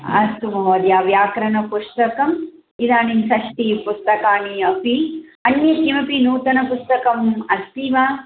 अस्तु महोदय व्याकरणपुस्तकम् इदानीं षष्टिः पुस्तकानि अपि अन्यत् किमपि नूतनपुस्तकम् अस्ति वा